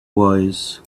wise